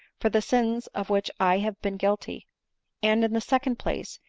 for the sins of which i have been guilty and, in the second place,